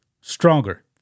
stronger